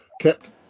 kept